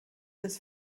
des